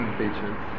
features